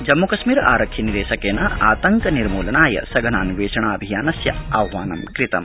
जम्मूकश्मीर आरक्षि निदेशकेन आतंक निर्मूलनाय सघनान्वेषणाभियानस्य आह्वानं कृतम्